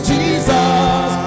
Jesus